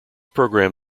program